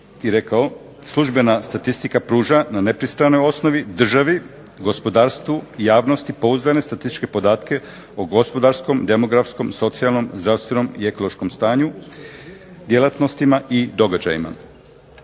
i rekao "Službena statistika pruža na nepristranoj osnovi državi, gospodarstvu, javnosti pouzdane statističke podatke o gospodarskom, demografskom, socijalnom, zdravstvenom i ekološkom stanju, djelatnostima i događajima".